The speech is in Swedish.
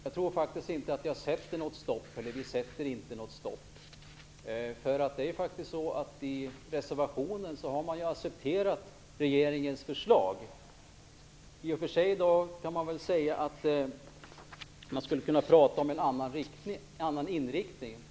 Herr talman! Jag tror inte att vi sätter stopp för något här. I reservationen accepteras regeringens förslag. I och för sig skulle man kanske kunna prata om en annan inriktning.